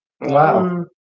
Wow